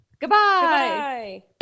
Goodbye